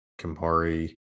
Campari